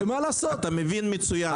ומה לעשות -- אתה מבין מצוין מה שהוא אומר.